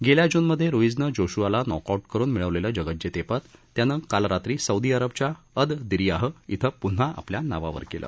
गेल्या जूनमधे रुईझनं जोशूआला नॉकआऊट करुन मिळवलेलं जगज्जेतेपद त्यानं काल रात्री सौदी अरबच्या अद दिरीयाह इथं प्न्हा आपल्या नावावर केलं